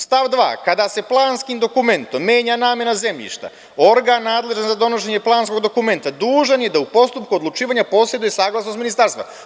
Stav 2. – Kada se planskim dokumentom menja namena zemljišta, organ nadležan za donošenje planskog dokumenta dužan je da u postupku odlučivanja poseduje saglasnost Ministarstva.